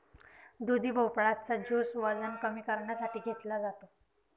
दुधी भोपळा चा ज्युस वजन कमी करण्यासाठी घेतला जातो